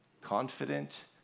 Confident